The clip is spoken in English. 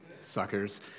Suckers